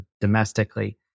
domestically